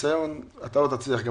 מניסיון, אתה גם לא תצליח להבין.